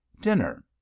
Dinner